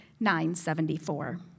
974